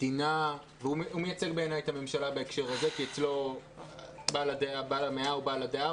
הוא מייצג בעיניי את הממשלה בהקשר הזה כי בעל המאה הוא בעל הדעה,